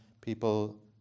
people